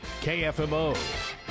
KFMO